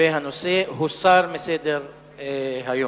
והנושא הוסר מסדר-היום.